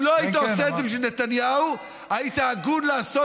אם לא היית עושה את זה בשביל נתניהו,